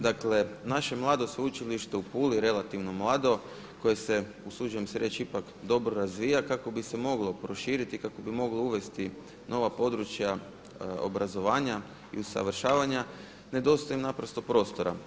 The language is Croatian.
Dakle naše mlado Sveučilište u Puli relativno mlado koje se usuđujem se reći ipak dobro razvija kako bi se moglo proširiti kako bi moglo uvesti nova područja obrazovanja i usavršavanja nedostaje naprosto prostora.